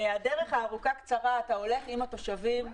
בדרך הארוכה קצרה אתה הולך עם התושבים,